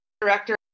director